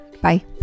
Bye